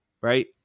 right